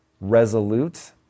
resolute